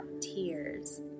tears